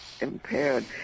impaired